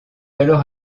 alors